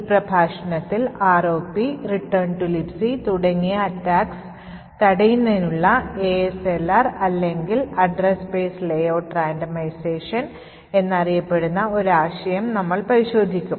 ഈ പ്രഭാഷണത്തിൽ ROP Return to Libc തുടങ്ങിയ attacks തടയുന്നതിനുള്ള ASLR അല്ലെങ്കിൽ അഡ്രസ് സ്പേസ് Layout റാൻഡമൈസേഷൻ എന്നറിയപ്പെടുന്ന ഒരു ആശയം നമ്മൾ പരിശോധിക്കും